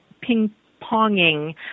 ping-ponging